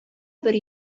бер